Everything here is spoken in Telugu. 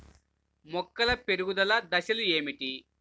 మొక్కల పెరుగుదల దశలు ఏమిటి?